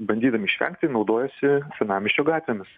bandydami išvengti naudojasi senamiesčio gatvėmis